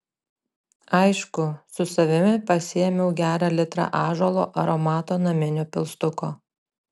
aišku su savimi pasiėmiau gerą litrą ąžuolo aromato naminio pilstuko